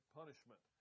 punishment